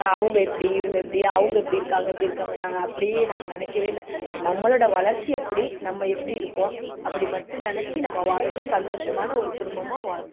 அவங்க இப்படி இவங்க இப்படி அவங்க இப்படி இருக்காங்க அப்படி இருக்காங்கன்னாங்க அப்படி நாங்கள் நினைக்கவே இல்லை நம்மளோட வளர்ச்சி எப்படி நம்ம எப்படி இருக்கோம் அப்படி மட்டும் நினைச்சி நம்ம வாழ்ந்து சந்தோஷமான ஒரு குடும்பமாக வாழ்கிறோம்